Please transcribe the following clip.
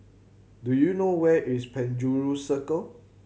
do you know where is Penjuru Circle